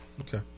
Okay